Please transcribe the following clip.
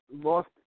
lost